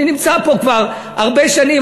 אני נמצא פה כבר הרבה שנים.